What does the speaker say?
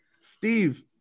Steve